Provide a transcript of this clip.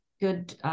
good